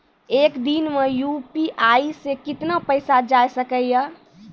एक दिन मे यु.पी.आई से कितना पैसा जाय सके या?